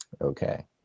Okay